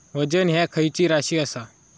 वजन ह्या खैची राशी असा?